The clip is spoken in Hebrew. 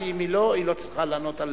ואם לא, היא לא צריכה לענות על